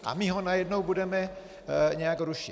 A my ho najednou budeme nějak rušit.